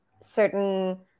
certain